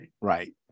Right